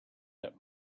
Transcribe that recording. that